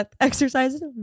exercises